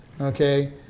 Okay